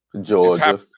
Georgia